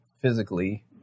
physically